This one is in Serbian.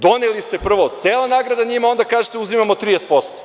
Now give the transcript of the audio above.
Doneli ste prvo cela nagrada njima, onda kažete – uzimamo 30%